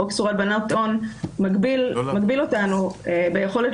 חוק איסור הלבנת הון מגביל אותנו ביכולת